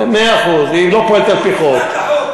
מאה אחוז, היא לא פועלת על-פי חוק.